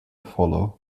follow